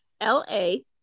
L-A